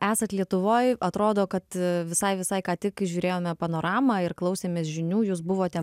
esat lietuvoj atrodo kad visai visai ką tik žiūrėjome panoramą ir klausėmės žinių jūs buvote